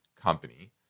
company